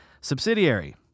subsidiary